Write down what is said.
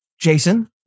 Jason